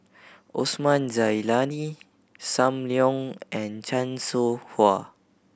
Osman Zailani Sam Leong and Chan Soh Ha